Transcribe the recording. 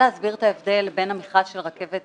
במכרז רכבת